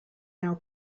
now